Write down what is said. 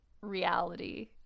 reality